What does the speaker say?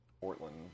Portland